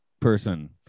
person